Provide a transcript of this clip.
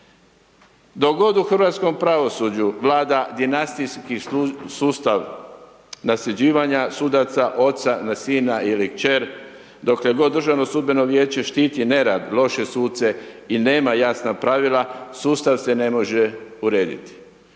Dok god u hrvatskom pravosuđu vlada dinastijski sustav nasljeđivanja sudaca, oca na sina ili kćer, dokle god Državno sudbeno vijeće štiti nerad, loše suce i nema jasna pravila, sustav se ne može urediti.